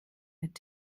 mit